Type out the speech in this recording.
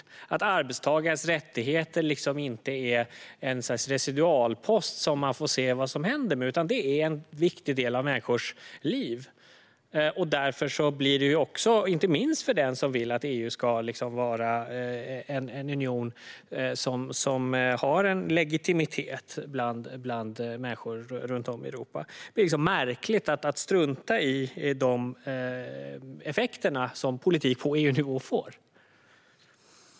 Man har insett att arbetstagares rättigheter inte är en residualpost som man får se vad som händer med utan en viktig del av människors liv. Därför blir det, inte minst för den som vill att EU ska vara en union som har en legitimitet bland människor i Europa, märkligt att strunta i de effekter som politik på EU-nivå får.